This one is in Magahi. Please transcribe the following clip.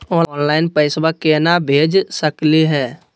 ऑनलाइन पैसवा केना भेज सकली हे?